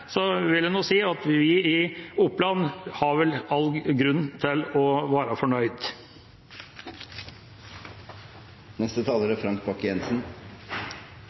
vil jeg si at vi i Oppland vel har all grunn til å være